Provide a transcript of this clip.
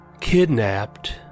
Kidnapped